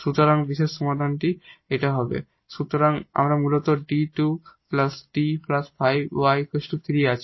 সুতরাং পার্টিকুলার সমাধান হবে সুতরাং মূলত আমাদের 𝐷 2 𝐷 5 𝑦 3 আছে